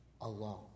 alone